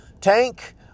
tank